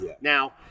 Now